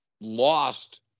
lost